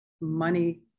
Money